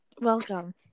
Welcome